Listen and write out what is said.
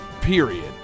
Period